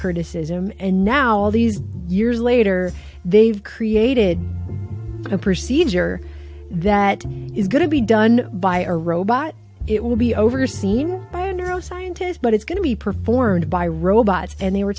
criticism and now all these years later they've created a procedure that is going to be done by a robot it will be overseen by neuro scientists but it's going to be performed by robots and they were